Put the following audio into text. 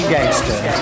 Gangster